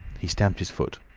he stamped his foot.